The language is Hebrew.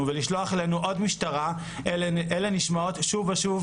ולשלוח אלינו עוד משטרה - אלה נשמעות שוב ושוב,